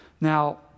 Now